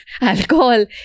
alcohol